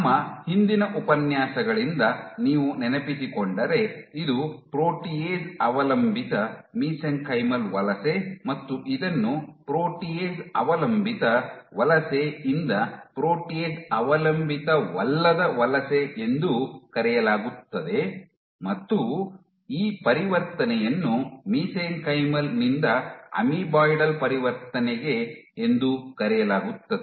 ನಮ್ಮ ಹಿಂದಿನ ಉಪನ್ಯಾಸಗಳಿಂದ ನೀವು ನೆನಪಿಸಿಕೊಂಡರೆ ಇದು ಪ್ರೋಟಿಯೇಸ್ ಅವಲಂಬಿತ ಮಿಸೆಂಕೈಮಲ್ ವಲಸೆ ಮತ್ತು ಇದನ್ನು ಪ್ರೋಟಿಯೇಸ್ ಅವಲಂಬಿತ ವಲಸೆ ಇಂದ ಪ್ರೋಟಿಯೇಸ್ ಅವಲಂಬಿತ ವಲ್ಲದ ವಲಸೆ ಎಂದೂ ಕರೆಯಲಾಗುತ್ತದೆ ಮತ್ತು ಈ ಪರಿವರ್ತನೆಯನ್ನು ಮಿಸೆಂಕೈಮಲ್ ನಿಂದ ಅಮೀಬಾಯ್ಡಲ್ ಪರಿವರ್ತನೆಗೆ ಎಂದೂ ಕರೆಯಲಾಗುತ್ತದೆ